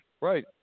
Right